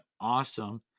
awesome